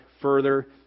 further